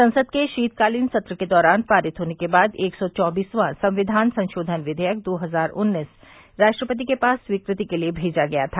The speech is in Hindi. संसद के शीतकालीन सत्र के दौरान पारित होने के बाद एक सौ चौबीसवां संविधान संशोधन विधेयक दो हजार उन्नीस राष्ट्रपति के पास स्वीकृति के लिए भेजा गया था